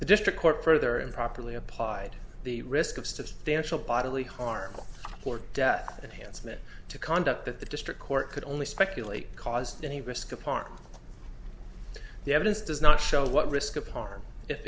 the district court further improperly applied the risk of stansell bodily harm or death and hanson it to conduct that the district court could only speculate caused any risk to park the evidence does not show what risk of harm if